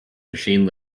machine